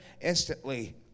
instantly